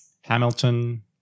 Hamilton